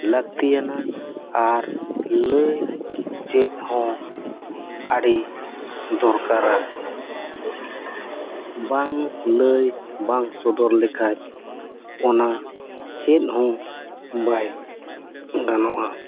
ᱞᱟᱹᱠᱛᱤᱭᱟᱱᱟ ᱟᱨ ᱞᱟᱹᱭ ᱪᱮᱫ ᱦᱚᱸ ᱟᱹᱰᱤ ᱫᱚᱨᱠᱟᱨᱟ ᱵᱟᱝ ᱞᱟᱹᱭ ᱵᱟᱝ ᱥᱚᱫᱚᱨ ᱞᱮᱠᱷᱟᱱ ᱚᱱᱟ ᱪᱮᱫ ᱦᱚᱸ ᱵᱟᱭ ᱜᱟᱱᱚᱜᱼᱟ